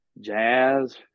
jazz